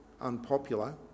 unpopular